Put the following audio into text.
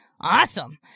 Awesome